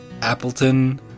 Appleton